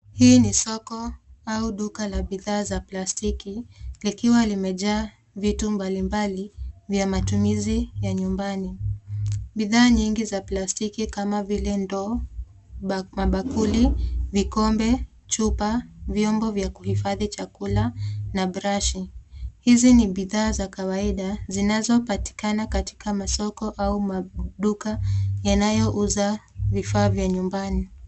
Hii ni soko au duka la bidhaa za plastiki likiwa limejaa vitu mbalimbali vya matumizi ya nyumbani. Bidhaa nyingi za plastiki kama vile ndoo, mabakuli, vikombe, chupa, vyombo vya kuhifadhi chakula na brashi. Hizi ni bidhaa za kawaida zinazopatikana katika masoko au maduka yanayouza vifaa vya nyumbani.